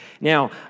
Now